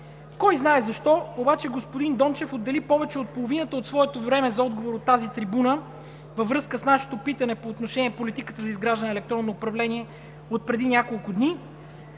Кой знае защо обаче господин Дончев отдели повече от половината от своето време за отговор от тази трибуна във връзка с нашето питане по отношение политиката за изграждане на електронно управление отпреди няколко дни,